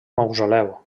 mausoleu